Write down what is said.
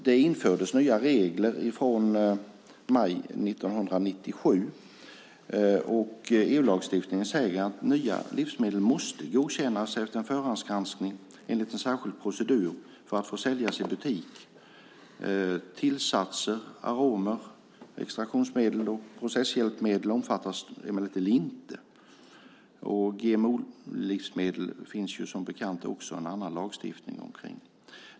Det infördes nya regler från maj 1997, och EU-lagstiftningen säger att nya livsmedel måste godkännas efter en förhandsgranskning enligt en särskild procedur för att få säljas i butik. Tillsatser, aromer, extraktionsmedel och processhjälpmedel omfattas emellertid inte. Om GMO-livsmedel finns som bekant också en annan lagstiftning.